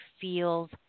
feels